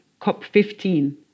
COP15